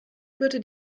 führte